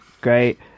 Great